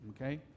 okay